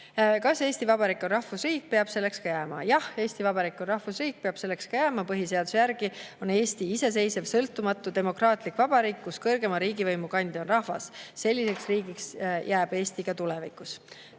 "Kas Eesti Vabariik on rahvusriik ja peab selleks ka jääma?" Jah, Eesti Vabariik on rahvusriik ja peab selleks ka jääma. Põhiseaduse järgi on Eesti iseseisev ja sõltumatu demokraatlik vabariik, kus kõrgeima riigivõimu kandja on rahvas. Selliseks riigiks jääb Eesti ka tulevikus.